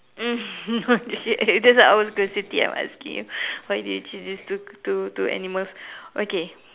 that was what I was going to say instead of asking you why do you choose these two two two animals okay